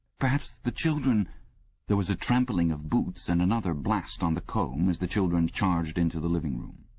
perhaps the children there was a trampling of boots and another blast on the comb as the children charged into the living-room.